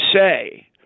say